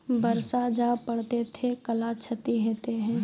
बरसा जा पढ़ते थे कला क्षति हेतै है?